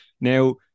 Now